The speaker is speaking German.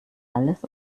alles